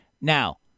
Now